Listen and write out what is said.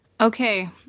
Okay